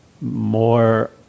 more